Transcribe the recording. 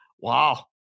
Wow